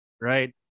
right